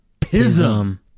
Pism